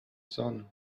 sun